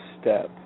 step